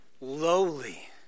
lowly